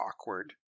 awkward